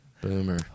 Boomer